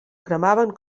cremaven